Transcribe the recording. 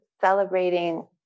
celebrating